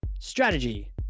Strategy